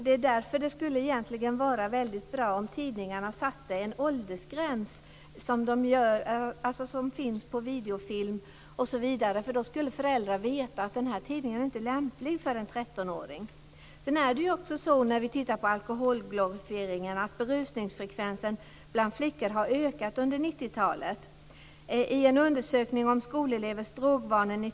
Det skulle egentligen vara väldigt bra om tidningarna satte en åldersgräns, som finns på videofilm, osv. Då skulle föräldrar veta att en viss tidning inte lämplig för en trettonåring. När det gäller alkoholglorifieringen har berusningsfrekvensen bland flickor ökat under 90-talet.